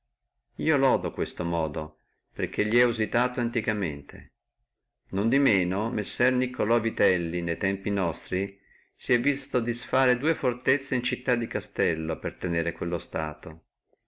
io laudo questo modo perché elli è usitato ab antiquo non di manco messer niccolò vitelli ne tempi nostri si è visto disfare dua fortezze in città di castello per tenere quello stato